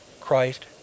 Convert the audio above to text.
Christ